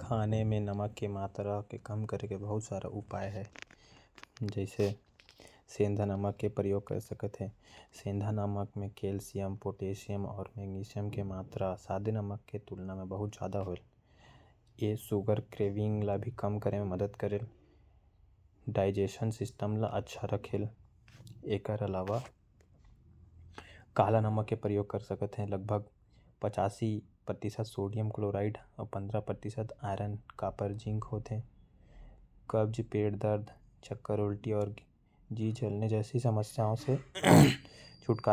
खाने में नमक के मात्रा ला कम करे के बहुत सारा उपाय है। जैसे सेंधा नमक के उपयोग के सकत ही। सेंधा नमक में कैल्शियम पोटासियम के मैंगनीज के मात्रा ज्यादा रहेल। और पेट के स्वस्थ भी ठीक रहेल। एकर अलावा कला नामक के उपयोग भी कर सकत। ही एमे भी सब संतुलित